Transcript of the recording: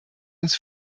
uns